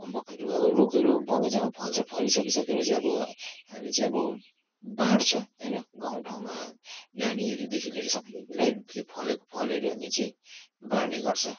अम्बकहरू अब रुखहरू बगैँचामा फल्छ फली सकिसकेर चाहिँ अब हामी चाहिँ अब बाँड्छ होइन गाँउ ठाँउमा नानीहरूदेखि लिएर सबैलाई रुखले फलेको फलहरू हामी चाहिँ बाँड्ने गर्छ